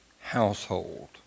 household